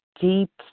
deep